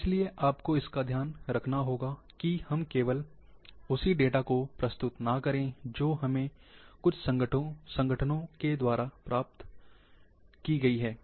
इसलिए आपको इसका ध्यान रखना होगा कि हम केवल उसी डेटा को प्रस्तुत ना करें जो हमें कुछ संगठनों के द्वारा उपलब्ध कराई गई है